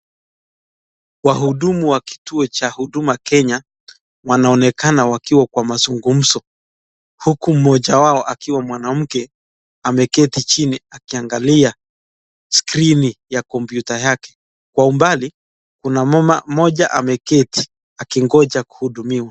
Wahudumu wa kituo cha huduma kenya wanaonekana wakiwa kwa mazungumzo huku mmoja wao akiwa mwanamke ameketi chini akiangalia skrini ya kompyuta yake. Kwa umbali kuna mama mmoja ameketi akingoja kuhudumiwa.